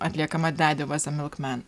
atliekama dedi vaz e milkmen